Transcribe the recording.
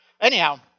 Anyhow